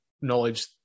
knowledge